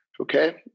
okay